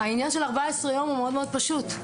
העניין של 14 יום הוא מאוד מאוד פשוט.